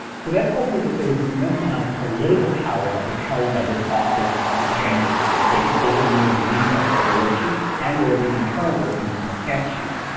so that tells me that there was an immense amount of political power that was held by this office of this gender, that they could overrule and veto a war chief, and or the internal workings from a camp chief.